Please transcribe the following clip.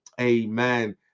amen